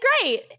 great